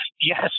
Yes